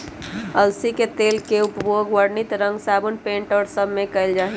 अलसी के तेल के उपयोग वर्णित रंग साबुन पेंट और सब में कइल जाहई